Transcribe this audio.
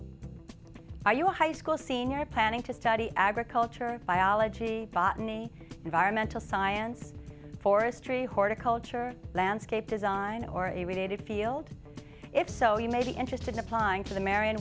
are you a high school senior planning to study agriculture biology botany environmental science forestry horticulture landscape design or a related field if so you may be interested in applying for the mar